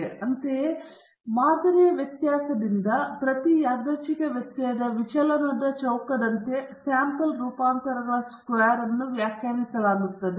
ಅಂತೆಯೇ ಮಾದರಿಯ ವ್ಯತ್ಯಾಸದಿಂದ ಪ್ರತಿ ಯಾದೃಚ್ಛಿಕ ವ್ಯತ್ಯಯದ ವಿಚಲನದ ಚೌಕದಂತೆ ಸ್ಯಾಂಪಲ್ ರೂಪಾಂತರಗಳ ಸ್ಕ್ವೇರ್ ಅನ್ನು ವ್ಯಾಖ್ಯಾನಿಸಲಾಗುತ್ತದೆ